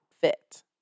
fit